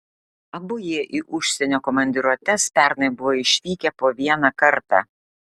abu jie į užsienio komandiruotes pernai buvo išvykę po vieną kartą